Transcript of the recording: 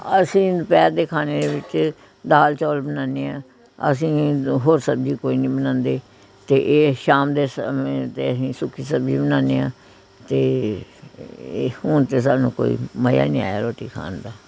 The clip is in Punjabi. ਅਸੀਂ ਦੁਪਹਿਰ ਦੇ ਖਾਣੇ ਦੇ ਵਿੱਚ ਦਾਲ ਚੌਲ ਬਣਾਉਂਦੇ ਹਾਂ ਅਸੀਂ ਹੋਰ ਸਬਜ਼ੀ ਕੋਈ ਨਹੀਂ ਬਣਾਉਂਦੇ ਅਤੇ ਇਹ ਸ਼ਾਮ ਦੇ ਸਮੇਂ ਤਾਂ ਅਸੀਂ ਸੁੱਕੀ ਸਬਜ਼ੀ ਬਣਾਉਂਦੇ ਹਾਂ ਅਤੇ ਇਹ ਹੁਣ ਤਾਂ ਸਾਨੂੰ ਕੋਈ ਮਜ਼ਾ ਹੀ ਨਹੀਂ ਆਇਆ ਰੋਟੀ ਖਾਣ ਦਾ